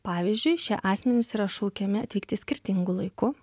pavyzdžiui šie asmenys yra šaukiami atvykti skirtingu laiku